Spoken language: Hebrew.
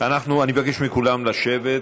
אני מבקש מכולם לשבת.